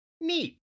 Neat